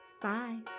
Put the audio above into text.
Bye